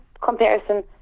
comparison